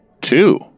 Two